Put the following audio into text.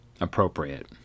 appropriate